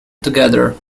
together